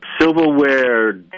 silverware